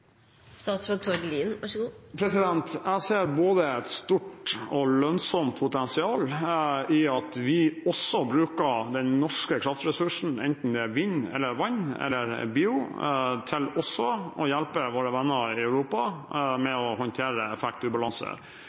Jeg ser et både stort og lønnsomt potensial i at vi bruker den norske kraftressursen, enten det er vind eller vann eller bio, til å hjelpe våre venner i Europa med å håndtere effektubalanse.